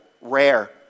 rare